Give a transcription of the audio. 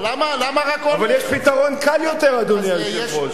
למה רק, אבל, יש פתרון קל יותר, אדוני היושב-ראש.